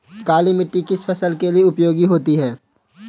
काली मिट्टी किस फसल के लिए उपयोगी होती है?